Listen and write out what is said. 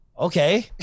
okay